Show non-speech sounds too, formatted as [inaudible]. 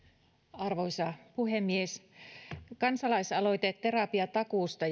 arvoisa puhemies kansalaisaloite terapiatakuusta [unintelligible]